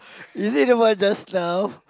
is it the one just now